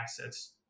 assets